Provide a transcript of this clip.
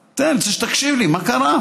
כן, אני רוצה שתקשיב לי, מה קרה.